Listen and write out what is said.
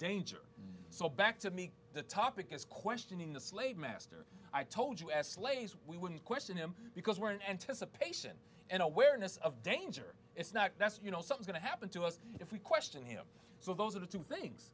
danger so back to me the topic is questioning the slave master i told us leis we wouldn't question him because we're in anticipation and awareness of danger it's not that's you know some going to happen to us if we question him so those are the two things